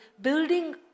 building